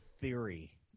Theory